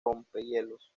rompehielos